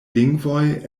lingvoj